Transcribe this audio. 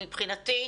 מבחינתי,